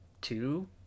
two